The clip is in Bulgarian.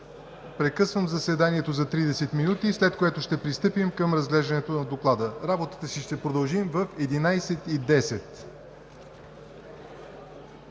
Прекъсвам заседанието за 30 минути, след което ще пристъпим към разглеждането на Доклада. Работата си ще продължим в 11,10